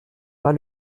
pas